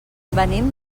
venim